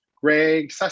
Greg